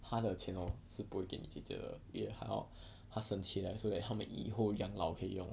他的钱 hor 是不会给你姐姐的因为他要他省起来 so that 他们以后养老可以用